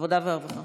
עבודה ורווחה.